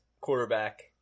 quarterback